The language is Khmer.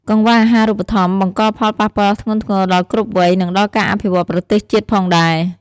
កង្វះអាហារូបត្ថម្ភបង្កផលប៉ះពាល់ធ្ងន់ធ្ងរដល់គ្រប់វ័យ និងដល់ការអភិវឌ្ឍប្រទេសជាតិផងដែរ។